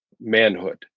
manhood